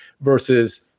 versus